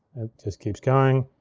just keeps going,